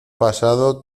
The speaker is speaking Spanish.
pasado